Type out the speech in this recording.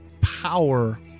power